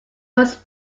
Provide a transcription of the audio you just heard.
was